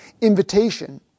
invitation